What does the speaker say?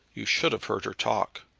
you should have heard her talk.